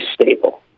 stable